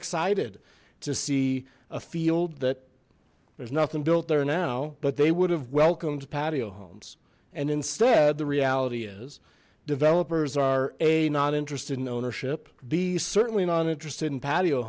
excited to see a field that there's nothing built there now but they would have welcomed patio homes and instead the reality is developers are a not interested in ownership be certainly not interested in patio